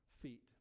feet